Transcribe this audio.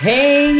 Hey